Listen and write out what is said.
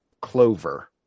clover